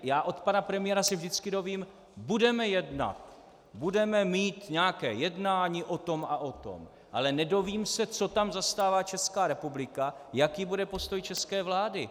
Já se od pana premiéra vždycky dovím: budeme jednat, budeme mít nějaké jednání o tom a o tom ale nedovím se, co tam zastává Česká republika, jaký bude postoj české vlády.